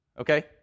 Okay